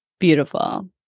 beautiful